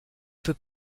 peux